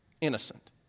Innocent